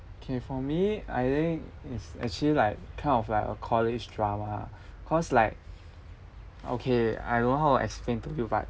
okay for me I think it's actually like kind of like a college drama cause like okay I don't know how to explain to you but